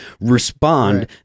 respond